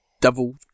devil